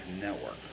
network